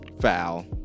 foul